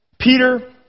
Peter